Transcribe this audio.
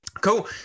cool